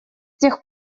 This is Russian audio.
тех